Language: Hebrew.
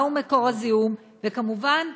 מהו מקור הזיהום וכמובן,